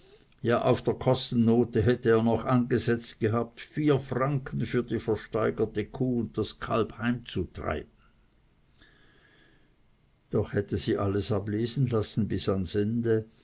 ja auf der kostennote hätte er noch angesetzt gehabt vier franken für die versteigerte kuh und das kalb heimzutreiben doch hätte sie alles ablesen lassen bis ans ende